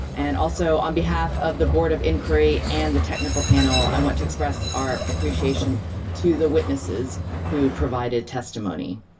and also on behalf of the board of inquiry and the technical panel, i want to express our appreciation to the witnesses who provided testimony.